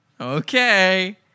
okay